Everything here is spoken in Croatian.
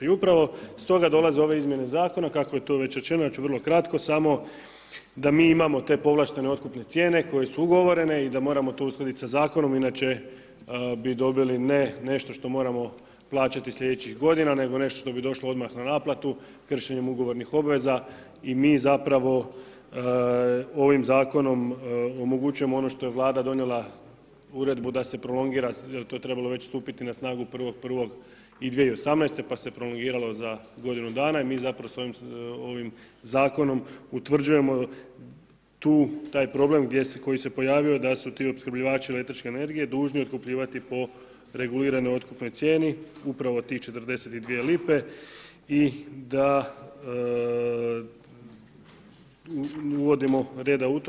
I upravo stoga dolaze ove izmjene zakona kako je to već rečeno ja ću vrlo kratko samo, da mi imamo te povlaštene otkupne cijene koje su ugovorene i da moramo to uskladiti sa zakonom inače bi dobili ne nešto što moramo plaćati sljedećih godina nego nešto što bi došlo odmah na naplatu kršenjem ugovornih obveza i mi zapravo ovim zakonom omogućavamo ono što je Vlada donijela uredbu da se prolongira jer to je već trebalo stupiti na snagu 1. 1. i 2018. pa se prolongiralo za godinu dana i mi zapravo sa ovim zakonom utvrđujemo tu taj problem gdje se pojavio da su ti opskrbljivači električne energije dužni otkupljivati po reguliranoj otkupnoj cijenu, upravo tih 42 lipe i da uvodimo reda u to.